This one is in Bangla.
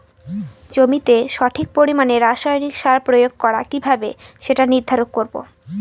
জমিতে সঠিক পরিমাণে রাসায়নিক সার প্রয়োগ করা কিভাবে সেটা নির্ধারণ করব?